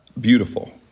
beautiful